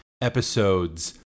episodes